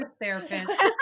therapist